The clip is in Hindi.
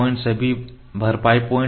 सभी भरपाई पॉइंट है